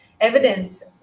evidence